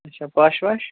اَچھا پش وَش